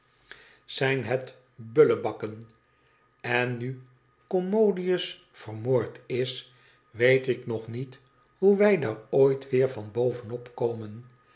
zijn het bullebakken n nu commodius vermoord is weet ik nog niet hoe wij daar ooit weer van bovenop komen